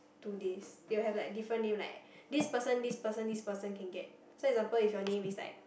two days they will have like different name like this person this person this person can get so for example your name is like